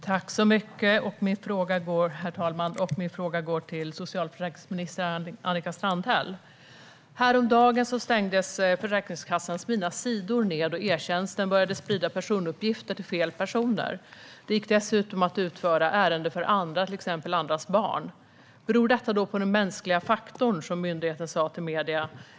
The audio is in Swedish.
Herr talman! Min fråga går till socialförsäkringsminister Annika Strandhäll. Häromdagen stängdes Försäkringskassans Mina sidor ned, då e-tjänsten började sprida personuppgifter till fel personer. Det gick dessutom att utföra ärenden för andra, till exempel andras barn. Berodde detta på den mänskliga faktorn, vilket myndigheten sa till medierna?